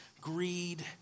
greed